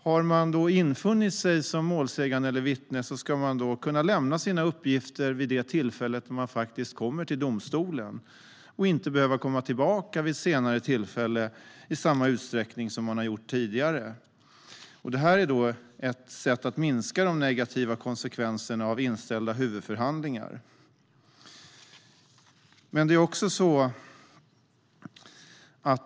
Har man som målsägande eller vittne infunnit sig ska man kunna lämna sina uppgifter vid det tillfälle då man faktiskt kommer till domstolen och inte behöva komma tillbaka vid senare tillfälle i samma utsträckning som har varit fallet tidigare. Detta är ett sätt att minska de negativa konsekvenserna av inställda huvudförhandlingar.